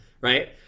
right